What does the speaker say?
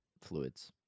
fluids